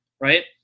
Right